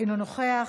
אינו נוכח,